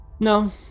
No